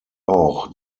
auch